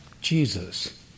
Jesus